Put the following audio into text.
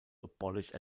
abolished